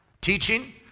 Teaching